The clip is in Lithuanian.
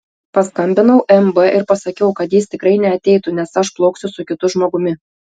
paskambinau mb ir pasakiau kad jis tikrai neateitų nes aš plauksiu su kitu žmogumi